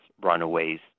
runaways